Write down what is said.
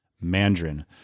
Mandarin